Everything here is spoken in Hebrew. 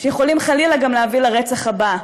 שיכולים חלילה גם להביא לרצח הבא.